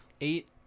eight